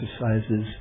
exercises